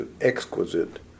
exquisite